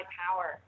power